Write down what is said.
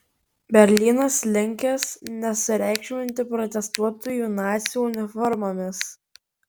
berlynas linkęs nesureikšminti protestuotojų nacių uniformomis